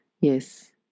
yes